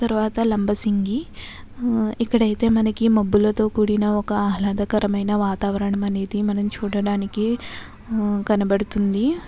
తర్వాత లంబసింగి ఇక్కడైతే మనకి మబ్బులతో కూడిన ఒక ఆహ్లాదకరమైన వాతావరణమనేది మనం చూడడానికి కనబడుతుంది